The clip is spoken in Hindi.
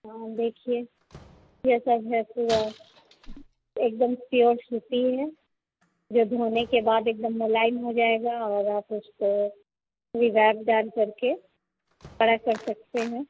हाँ देखिए यह सब है पूरा एकदम प्योर सूती है जब धोने के बाद एकदम मुलायम हो जाएगा और आप उसको रिवाइव डालकर के कड़ा कर सकते हैं